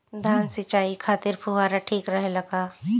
धान सिंचाई खातिर फुहारा ठीक रहे ला का?